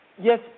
Yes